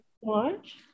watch